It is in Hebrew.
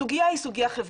הסוגיה היא סוגיה חברתית.